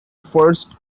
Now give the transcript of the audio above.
first